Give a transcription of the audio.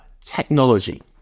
technology